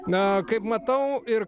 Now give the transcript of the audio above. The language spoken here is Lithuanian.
na kaip matau ir